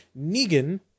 Negan